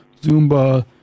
Zumba